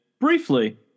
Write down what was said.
briefly